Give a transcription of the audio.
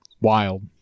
Wild